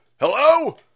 hello